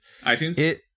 iTunes